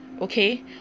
Okay